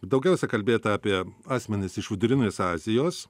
daugiausia kalbėta apie asmenis iš vidurinės azijos